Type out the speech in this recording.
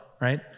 right